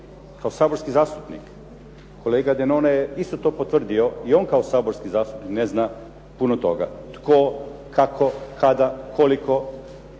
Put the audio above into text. kao saborski zastupnik. Kolega Denona je isto to potvrdio i on kao saborski zastupnik ne zna puno toga. Tko, kako, kada, koliko?